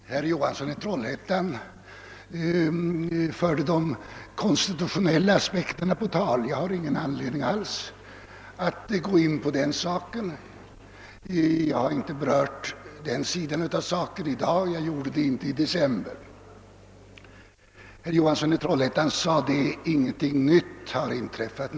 Herr talman! Herr Johansson i Troll hättan förde de konstitutionella aspekterna på tal. Jag har ingen anledning alls att gå in på detta. Jag har inte berört den sidan av saken i dag, och jag gjorde det inte heller i december. Herr Johansson i Trollhättan sade att ingenting nytt har inträffat.